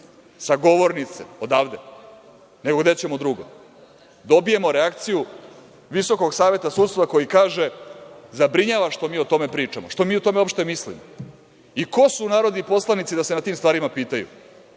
sa govornice odavde, nego gde ćemo drugo, dobijemo reakciju Visokog saveta sudstva, koji kaže – zabrinjava što mi o tome pričamo, što mi o tome uopšte mislimo i ko su narodni poslanici da se na tim stvarima pitaju,